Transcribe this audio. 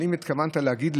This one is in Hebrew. אבל אם התכוונת להגיד,